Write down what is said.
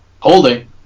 Holding